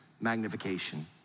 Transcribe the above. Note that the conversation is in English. magnification